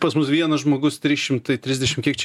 pas mus vienas žmogus trys šimtai trisdešim kiek čia